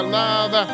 love